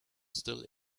still